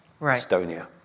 Estonia